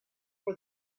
for